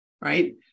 right